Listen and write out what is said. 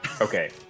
Okay